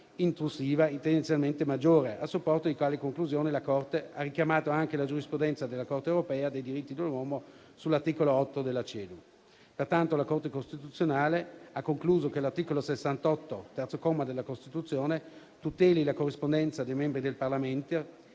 intrusiva intenzionalmente maggiore. A supporto di tale conclusione, la Corte ha richiamato anche la giurisprudenza della Corte europea dei diritti dell'uomo sull'articolo 8 della Convenzione europea dei diritti dell'uomo (CEDU). Pertanto, la Corte costituzionale ha concluso che l'articolo 68, terzo comma, della Costituzione tuteli la corrispondenza dei membri del Parlamento,